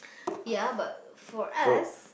ya but for us